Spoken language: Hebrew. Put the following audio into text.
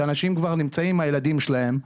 כשאנשים כבר נמצאים עם הילדים שלהם.